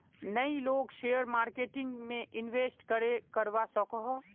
नय लोग share marketing में इंवेस्ट करे करवा सकोहो?